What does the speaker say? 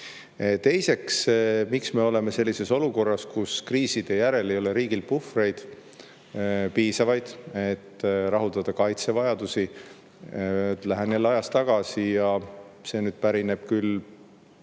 eita. Teiseks, miks me oleme sellises olukorras, kus kriiside järel ei ole riigil piisavaid puhvreid, et rahuldada kaitsevajadusi? Lähen jälle ajas tagasi ja see pärineb küll